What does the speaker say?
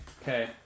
Okay